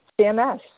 CMS